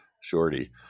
Shorty